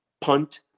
punt